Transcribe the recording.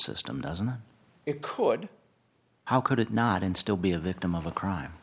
system doesn't it could how could it not and still be a victim of a crime